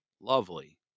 Lovely